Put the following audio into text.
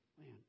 Man